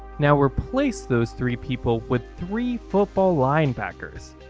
now replace those three people with three football linebackers.